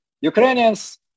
Ukrainians